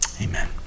Amen